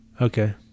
Okay